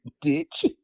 ditch